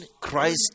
Christ